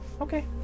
Okay